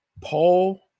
paul